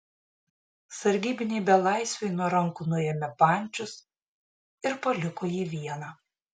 sargybiniai belaisviui nuo rankų nuėmė pančius ir paliko jį vieną